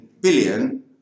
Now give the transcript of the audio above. billion